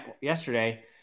yesterday